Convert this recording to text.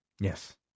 Yes